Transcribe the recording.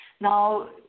Now